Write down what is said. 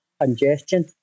congestion